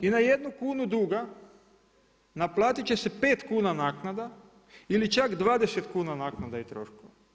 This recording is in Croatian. I na jednu kunu duga naplatit će se 5 kuna naknada ili čak 20 kuna naknada i troškova.